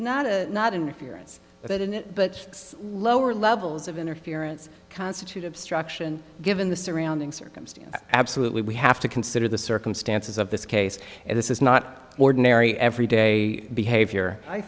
not a not interference but in it but lower levels of interference constitute obstruction given the surrounding circumstance absolute we have to consider the circumstances of this case and this is not ordinary every day behavior i